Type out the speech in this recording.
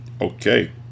Okay